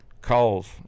Calls